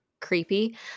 creepy